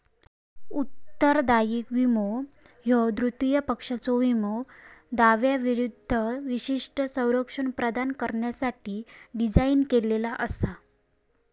उत्तरदायित्व विमो ह्यो तृतीय पक्षाच्यो विमो दाव्यांविरूद्ध विशिष्ट संरक्षण प्रदान करण्यासाठी डिझाइन केलेला असा